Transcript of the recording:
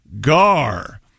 gar